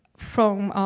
from